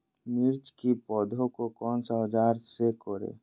मिर्च की पौधे को कौन सा औजार से कोरे?